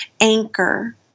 anchor